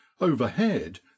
Overhead